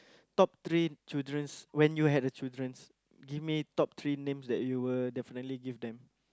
top three children's when you had a children's give me top three name that you will definitely give them